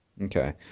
Okay